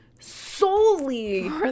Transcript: solely